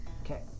Okay